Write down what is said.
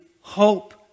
hope